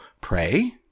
pray